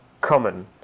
common